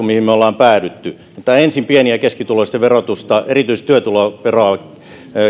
mihin me olemme päätyneet ensin pieni ja keskituloisten verotusta erityisesti työtuloveroa